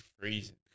freezing